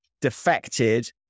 defected